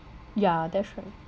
ya that's right